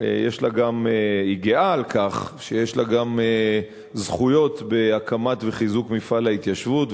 גם גאה על כך שיש לה גם זכויות בהקמת וחיזוק מפעל ההתיישבות,